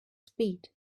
speed